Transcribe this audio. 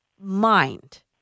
mind